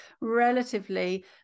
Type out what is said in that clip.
relatively